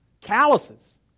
calluses